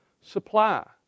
supply